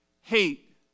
hate